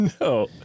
No